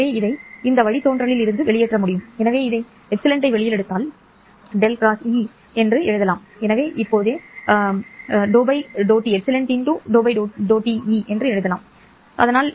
எனவே இதை இந்த வழித்தோன்றலில் இருந்து வெளியேற்ற முடியும் எனவே இதை ε ́ ́Et என எழுதலாம் எனவே இப்போதே வலது புறம் இப்படித்தான் மாறும்